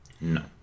no